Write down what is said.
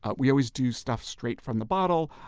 ah we always do stuff straight from the bottle.